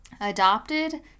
adopted